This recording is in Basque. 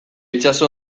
itsaso